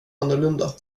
annorlunda